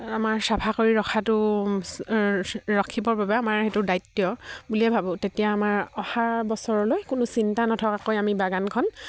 আমাৰ চাফা কৰি ৰখাটো ৰাখিবৰ বাবে আমাৰ সেইটো দায়িত্ব বুলিয়ে ভাবোঁ তেতিয়া আমাৰ অহা বছৰলৈ কোনো চিন্তা নথকাকৈ আমি বাগানখন